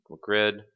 Grid